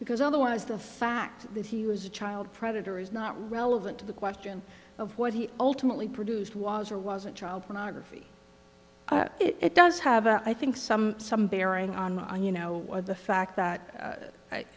because otherwise the fact that he was a child predator is not relevant to the question of what he ultimately produced was or wasn't child pornography it does have i think some some bearing on you know the fact that